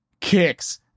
kicks